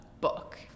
book